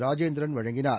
ராஜேந்திரன் வழங்கினார்